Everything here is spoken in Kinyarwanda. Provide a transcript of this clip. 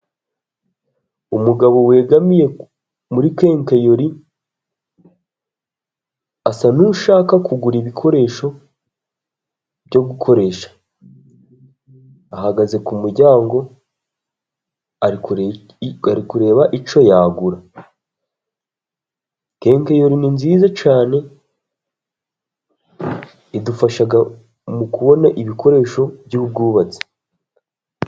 Umugabo wegamiye muri kekayori, asa n'ushaka kugura ibikoresho byo gukoresha, ahagaze muryango ari kureba icyo yagura, kekayori ni nziza cyane, idufasha mu kubona ibikoresho by'ubwubatsi.